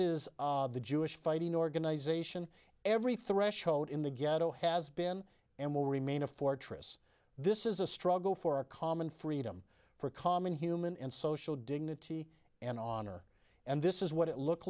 is the jewish fighting organization every threshold in the ghetto has been and will remain a fortress this is a struggle for a common freedom for common human and social dignity and honor and this is what it looked